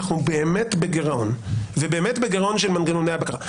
אנחנו באמת בגירעון ובאמת בגירעון של מנגנוני הבקרה.